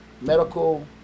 medical